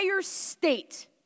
state